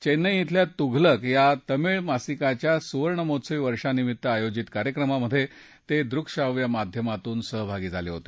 चेन्नई अल्या तुघलक या तामीळ मासिकाच्या सुवर्णमहोत्सवी वर्षानिमित्त आयोजित कार्यक्रमात ते दृकश्राव्य माध्यमातून सहभागी झाले होते